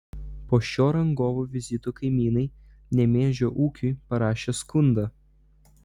po šio rangovų vizito kaimynai nemėžio ūkiui parašė skundą